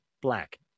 black